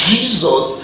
Jesus